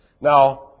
Now